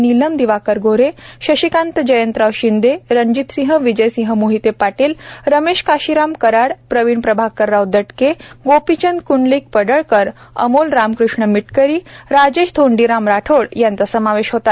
नीलम दिवाकर गोन्हे शशिकांत जयवंतराव शिंदे रणजितसिंह विजयसिंह मोहिते पाटील रमेश काशिराम कराड प्रविण प्रभाकरराव दटके गोपिचंद क्ंडलिक पडळकर अमोल रामकृष्ण मिटकरी राजेश धोंडीराम राठोड यांचा समावेश होता